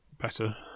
better